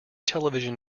television